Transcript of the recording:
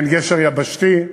מעין גשר יבשתי.